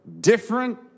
different